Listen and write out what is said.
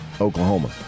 Oklahoma